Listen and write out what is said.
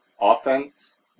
Offense